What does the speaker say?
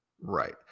right